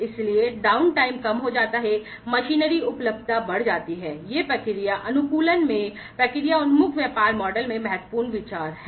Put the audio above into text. इसलिए down time कम हो जाता है मशीनरी उपलब्धता बढ़ जाती है ये प्रक्रिया अनुकूलन में प्रक्रिया उन्मुख व्यापार मॉडल में महत्वपूर्ण विचार हैं